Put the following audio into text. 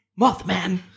Mothman